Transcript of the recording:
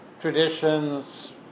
traditions